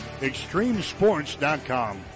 extremesports.com